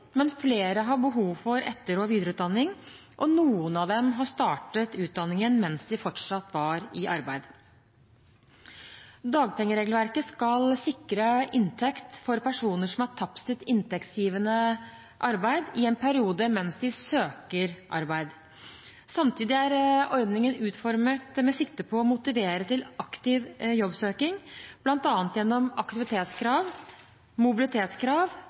men flere har behov for etter- og videreutdanning, og noen av dem har startet utdanningen mens de fortsatt var i arbeid. Dagpengeregelverket skal sikre inntekt for personer som har tapt sitt inntektsgivende arbeid i en periode mens de søker arbeid. Samtidig er ordningen utformet med sikte på å motivere til aktiv jobbsøking, bl.a. gjennom aktivitetskrav, mobilitetskrav